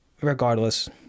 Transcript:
regardless